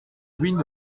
ruines